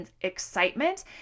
excitement